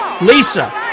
Lisa